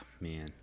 man